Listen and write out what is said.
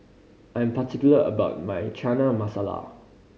I'm particular about my Chana Masala